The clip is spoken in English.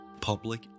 Public